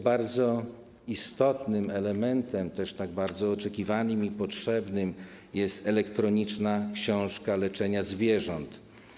Bardzo istotnym elementem, tak bardzo oczekiwanym i potrzebnym, jest elektroniczna książka leczenia zwierząt.